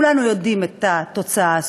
וכולנו יודעים את התוצאה הסופית,